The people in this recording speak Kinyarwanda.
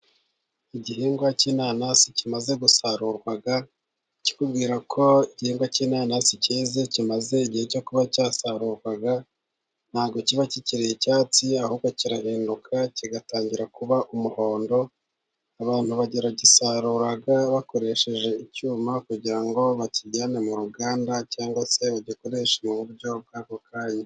Igihingwa cy'inanasi kimaze gusarurwa. Ikikubwira ko igihingwa cy'inanasi cyeze kigeze igihe cyo kuba cyasarurwa, nta bwo kiba kikiri icyatsi. Ahubwo kirahinduka kigatangira kuba umuhondo. Abantu baragisarura bakoresheje icyuma, kugira ngo bakijyane mu ruganda cyangwa se bagikoreshe mu buryo bw'ako kanya.